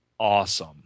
awesome